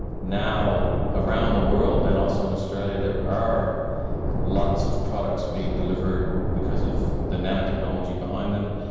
now around the world and also in australia there are lots of products being delivered because of the nanotechnology behind them.